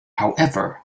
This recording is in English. however